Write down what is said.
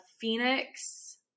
Phoenix